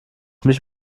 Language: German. mich